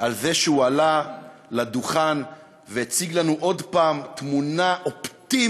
על זה שהוא עלה לדוכן והציג לנו עוד פעם תמונה אופטימית